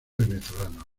venezolano